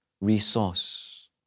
resource